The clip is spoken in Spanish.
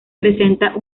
presenta